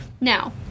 Now